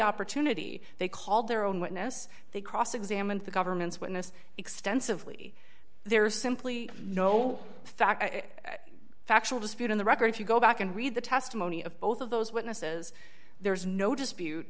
opportunity they called their own witness they cross examined the government's witness extensively there is simply no fact factual dispute in the record if you go back and read the testimony of both of those witnesses there is no dispute